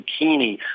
zucchini